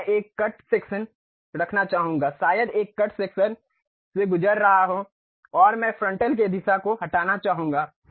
अब मैं एक कट सेक्शन रखना चाहूंगा शायद एक कट सेक्शन से गुजर रहा हो और मैं फ्रंटल के हिस्से को हटाना चाहूंगा